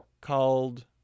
Called